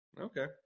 Okay